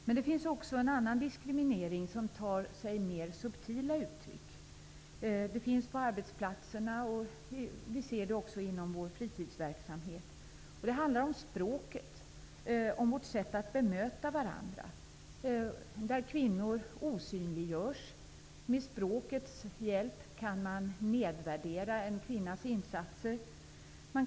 Men det finns en annan diskriminering som tar sig mera subtila uttryck. Den finns på arbetsplatserna, och den syns inom vår fritidsverksamhet. Det handlar om språket och vårt sätt att bemöta varandra. Kvinnor osynliggörs. Med språkets hjälp kan en kvinnas insatser nedvärderas.